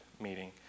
meeting